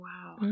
Wow